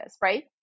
right